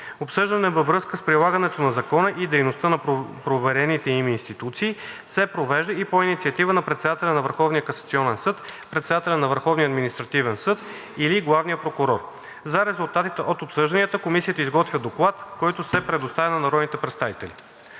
Обсъждане във връзка с прилагането на закона и дейността на поверените им институции се провежда и по инициатива на председателя на Върховния касационен съд, председателя на Върховния административен съд или главния прокурор. За резултатите от обсъжданията комисията изготвя доклад, който се предоставя на народните представители.“